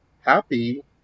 happy